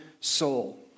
soul